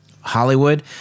hollywood